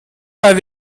sein